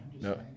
No